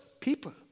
people